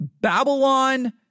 Babylon